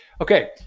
Okay